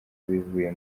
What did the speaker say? bivuye